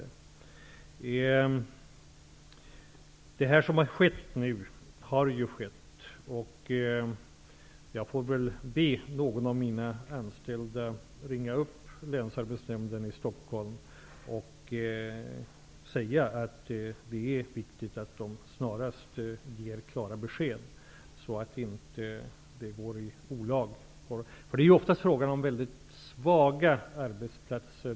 Det som nu har skett, har skett. Jag får väl be någon av mina anställda att ringa upp Länsarbetsnämnden i Stockholm och säga att det är viktigt att de snarast ger klara besked, så att det inte går i olag. Oftast är det fråga om svaga arbetsplatser.